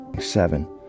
Seven